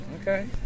okay